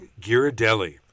Ghirardelli